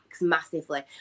massively